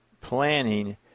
planning